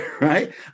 right